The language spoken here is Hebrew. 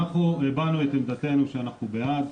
אנחנו הבענו את עמדתנו שאנחנו בעד.